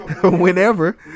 whenever